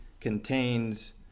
contains